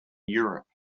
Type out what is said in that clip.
europe